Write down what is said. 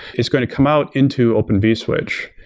it's going to come out into open vswitch.